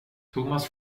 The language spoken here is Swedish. thomas